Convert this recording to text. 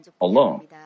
alone